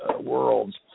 worlds